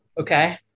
Okay